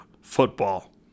football